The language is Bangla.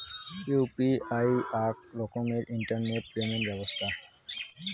ইউ.পি.আই আক রকমের ইন্টারনেট পেমেন্ট ব্যবছথা